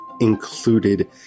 included